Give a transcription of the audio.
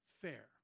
fair